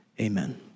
Amen